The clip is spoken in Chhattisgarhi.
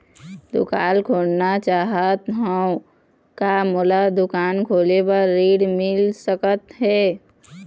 दुकान खोलना चाहत हाव, का मोला दुकान खोले बर ऋण मिल सकत हे?